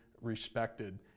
respected